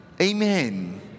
Amen